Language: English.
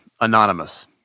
Anonymous